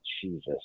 Jesus